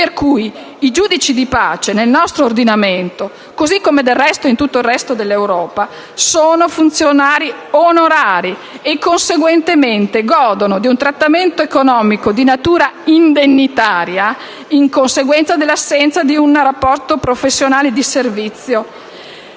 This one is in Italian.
i giudici di pace nel nostro ordinamento, così come del resto in tutta Europa, sono funzionari onorari e conseguentemente godono di un trattamento economico di natura indennitaria, in conseguenza dell'assenza di un rapporto professionale di servizio.